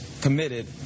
committed